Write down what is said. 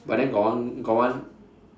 but then got one got one